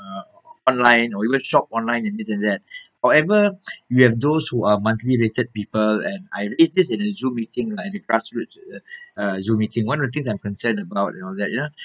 uh online or even shop online and this and that however we have those who are monthly rated people and I raised this in a zoom meeting lah in the grassroots uh zoom meeting one of the things that I'm concerned about and all that ya